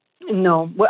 No